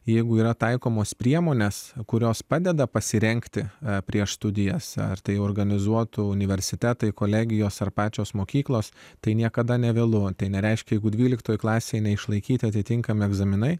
jeigu yra taikomos priemonės kurios padeda pasirengti prieš studijas ar tai organizuotų universitetai kolegijos ar pačios mokyklos tai niekada nevėlu tai nereiškia jeigu dvyliktoje klasėje neišlaikyti atitinkami egzaminai